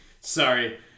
Sorry